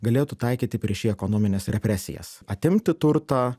galėtų taikyti prieš jį ekonomines represijas atimti turtą